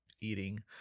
eating